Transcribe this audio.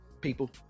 People